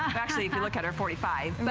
um ctually if you look at her, forty five.